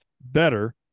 better